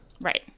Right